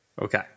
Okay